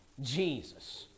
Jesus